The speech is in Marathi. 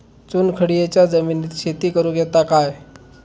चुनखडीयेच्या जमिनीत शेती करुक येता काय?